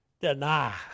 deny